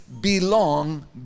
belong